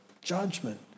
Judgment